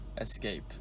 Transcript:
escape